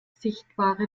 sichtbare